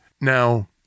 Now